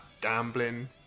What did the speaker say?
gambling